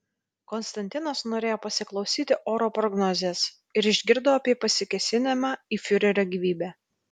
konstantinas norėjo pasiklausyti oro prognozės ir išgirdo apie pasikėsinimą į fiurerio gyvybę